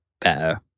better